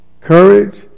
Courage